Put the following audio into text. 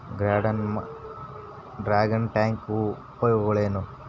Dragon tank ಉಪಯೋಗಗಳೇನು?